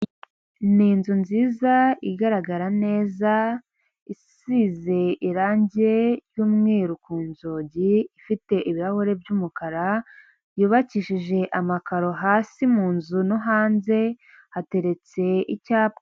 Ni inzu nziza igaragara neza isize irangi ry'umweru ku nzugi ifite ibirahuri by'umukara yubakishije amakaro hasi mu nzu no hanze hateretse icyapa.